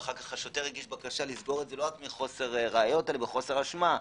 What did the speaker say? ואז השוטר ביקש לסגור לא רק מחוסר ראיות אלא מחוסר אשמה.